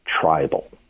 tribal